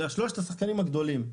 אלא שלושת השחקנים הגדולים.